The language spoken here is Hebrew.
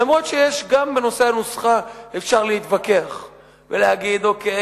למרות שגם בנושא הנוסחה אפשר להתווכח ולהגיד: אוקיי,